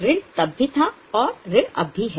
ऋण तब भी था और अब ऋण भी है